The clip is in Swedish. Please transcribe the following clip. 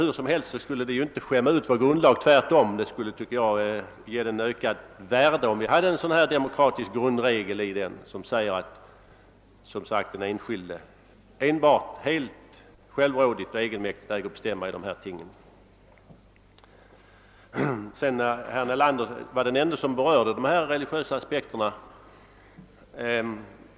Hur som helst skulle det inte skämma ut vår grundlag utan tvärtom ge den ökat värde, om vi hade en demokratisk grundregel som sade att den enskilde helt självrådigt och egenmäktigt äger att bestämma i dessa ting. Herr Nelander var den ende som berörde de religiösa aspekterna.